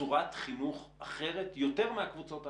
צורת חינוך אחרת יותר מהקבוצות האחרות.